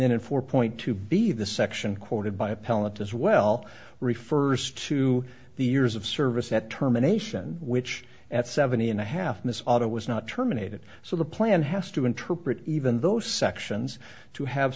then in four point two b the section quoted by appellant as well refers to the years of service at terminations which at seventy and a half miss auto was not terminated so the plan has to interpret even those sections to have